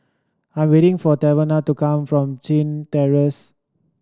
I am waiting for Tavon to come from Chin Terrace